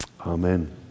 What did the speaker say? amen